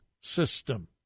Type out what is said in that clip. system